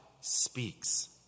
speaks